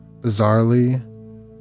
Bizarrely